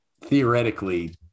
theoretically